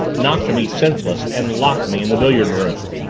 knocked me senseless, and locked me in the billiard room!